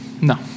No